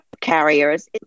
carriers